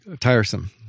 tiresome